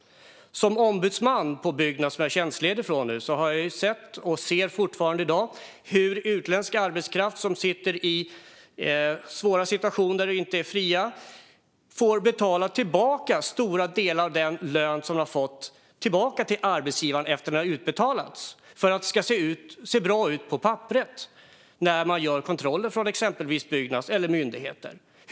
Som ombudsman på Byggnads, som jag nu är tjänstledig från, har jag sett - och jag ser fortfarande - hur utländska arbetstagare som suttit i en svår situation och inte varit fria har fått betala tillbaka stora delar av den lön som de har fått till arbetsgivaren efter att den har utbetalats för att det ska se bra ut på papperet när exempelvis Byggnads eller myndigheter gör kontroller.